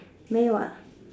没有 ah